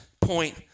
point